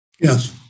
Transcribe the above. Yes